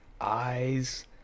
eyes